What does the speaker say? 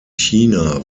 china